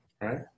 right